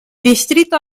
distrito